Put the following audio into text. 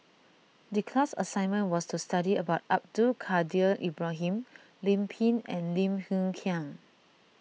the class assignment was to study about Abdul Kadir Ibrahim Lim Pin and Lim Hng Kiang